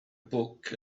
book